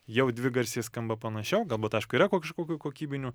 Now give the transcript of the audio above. jau dvigarsiai skamba panašiau galbūt aišku yra kažkokių kokybinių